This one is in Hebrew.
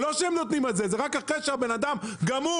הם לא נותנים את זה; רק אחרי שהבן אדם גמור,